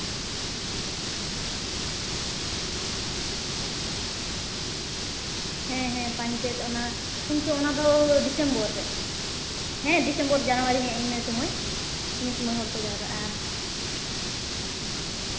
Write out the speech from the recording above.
ᱦᱮᱸ ᱦᱮᱸ ᱯᱟᱧᱪᱮᱛ ᱚᱱᱟ ᱩᱱ ᱥᱚᱢᱚᱭ ᱚᱱᱟ ᱫᱚ ᱰᱤᱥᱮᱢᱵᱚᱨ ᱨᱮ ᱦᱮᱸ ᱰᱤᱥᱮᱢᱵᱚᱨ ᱡᱟᱱᱩᱣᱟᱨᱤ ᱤᱱᱟᱹ ᱥᱚᱢᱚᱭ ᱤᱱᱟᱹ ᱥᱚᱢᱚᱭ ᱦᱚᱲ ᱠᱚ ᱡᱟᱣᱨᱟᱜᱼᱟ ᱟᱨ